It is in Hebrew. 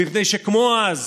מפני שכמו אז,